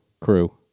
crew